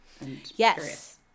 Yes